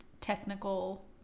technical